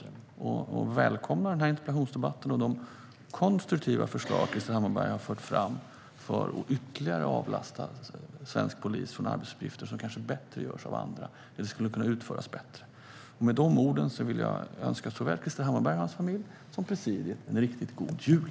Jag välkomnar den här interpellationsdebatten och de konstruktiva förslag som Krister Hammarbergh har lagt fram för att ytterligare avlasta svensk polis från arbetsuppgifter som kanske bättre kan utföras av andra. Med dessa ord vill jag önska såväl Krister Hammarbergh som presidiet en riktigt god jul.